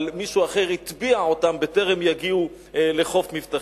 אבל מישהו אחר הטביע אותם בטרם הגיעו לחוף מבטחים.